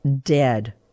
dead